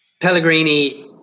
Pellegrini